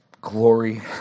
glory